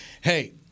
hey